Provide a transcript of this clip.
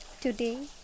Today